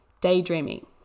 daydreaming